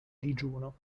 digiuno